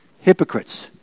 Hypocrites